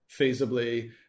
feasibly